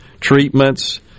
treatments